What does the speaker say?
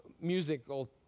musical